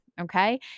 Okay